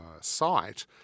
site